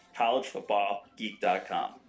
collegefootballgeek.com